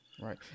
Right